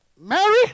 Mary